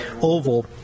oval